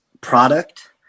product